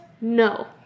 No